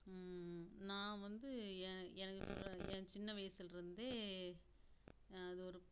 நான் வந்து என் எனக்கு என் சின்ன வயசிலிருந்தே அது ஒரு